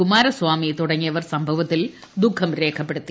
കുമാരസ്വാമി തുടങ്ങിയവർ സംഭവത്തിൽ ദുഃഖം രേഖപ്പെടുത്തി